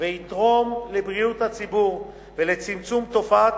ותתרום לבריאות הציבור ולצמצום תופעת